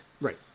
Right